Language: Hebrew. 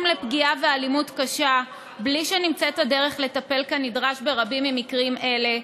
לפגיעה ואלימות קשה בלי שנמצאת הדרך לטפל כנדרש ברבים ממקרים אלה,